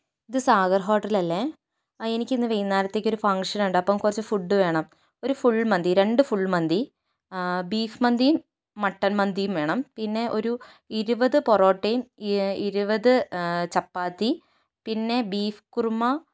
ഇത് സാഗർ ഹോട്ടലല്ലേ ആ എനിക്ക് ഇന്ന് വൈകുന്നേരത്തേക്കൊരു ഫങ്ക്ഷനുണ്ട് അപ്പം കുറച്ച് ഫുഡ് വേണം ഒരു ഫുൾ മന്തി രണ്ട് ഫുൾ മന്തി ബീഫ് മന്തിയും മട്ടൻ മന്തിയും വേണം പിന്നെ ഒരു ഇരുപത് പൊറോട്ടയും എ ഇരുപത് ചപ്പാത്തി പിന്നെ ബീഫ് കുറുമ